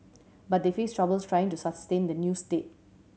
but they face troubles trying to sustain the new state